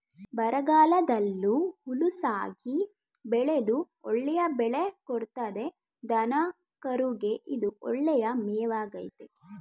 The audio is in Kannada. ಬರಗಾಲದಲ್ಲೂ ಹುಲುಸಾಗಿ ಬೆಳೆದು ಒಳ್ಳೆಯ ಬೆಳೆ ಕೊಡ್ತದೆ ದನಕರುಗೆ ಇದು ಒಳ್ಳೆಯ ಮೇವಾಗಾಯ್ತೆ